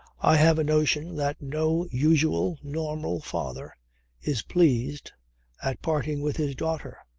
i have a notion that no usual, normal father is pleased at parting with his daughter.